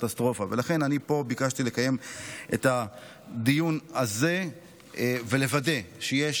לכן אני ביקשתי לקיים פה את הדיון הזה ולוודא שיש